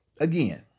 again